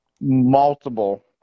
multiple